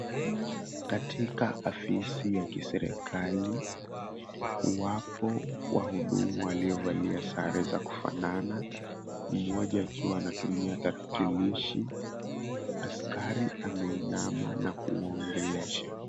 Katika ofisi ya kiserekali wapo wahudumu waliovalia sare za kufanana mmoja akiwa anatumia tarakilishi, askari ameinama na kuwaongelesha.